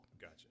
Gotcha